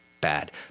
bad